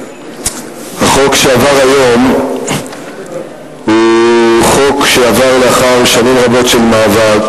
החוק שעבר היום הוא חוק שעבר לאחר שנים רבות של מאבק.